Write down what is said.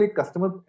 customer